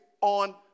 on